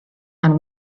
and